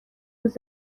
روز